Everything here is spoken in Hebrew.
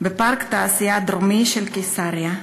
בפארק התעשייה הדרומי של קיסריה.